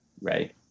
right